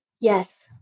Yes